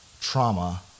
trauma